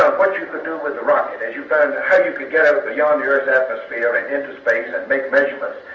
um what you you can do with a rocket, as you find ah how you the um the earth's atmosphere and into space and make measurements,